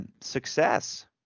success